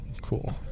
Cool